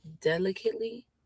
delicately